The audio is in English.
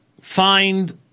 find